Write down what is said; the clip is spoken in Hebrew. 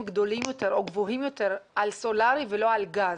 גדולים יותר או גבוהים יותר על סולרי ולא על גז.